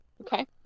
okay